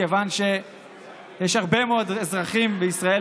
מכיוון שיש הרבה מאוד אזרחים בישראל,